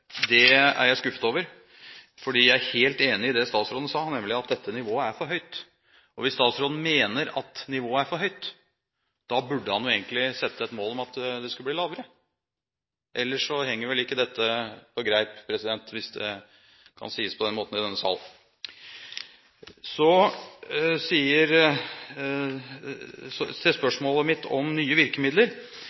Det er jeg skuffet over, for jeg er helt enig i det statsråden sa, nemlig at dette nivået er for høyt. Hvis statsråden mener at nivået er for høyt, burde han jo egentlig sette et mål om at det skulle bli lavere – ellers henger vel ikke dette på greip, hvis det kan sies på den måten i denne sal. Til spørsmålet mitt om nye virkemidler